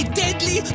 deadly